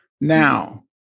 now